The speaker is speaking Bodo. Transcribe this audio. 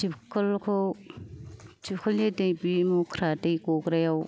दमखलखौ दमखलनि दै बे मुख्रा बे दै गग्रायाव